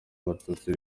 abatutsi